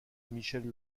michel